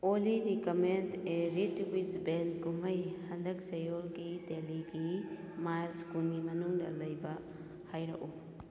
ꯑꯣꯜꯂꯤ ꯔꯤꯀꯃꯦꯟ ꯑꯦ ꯀꯨꯝꯍꯩ ꯍꯟꯗꯛ ꯆꯌꯣꯜꯒꯤ ꯗꯦꯜꯂꯤꯒꯤ ꯃꯥꯏꯜꯁ ꯀꯨꯟꯒꯤ ꯃꯅꯨꯡꯗ ꯂꯩꯕ ꯍꯥꯏꯔꯛꯎ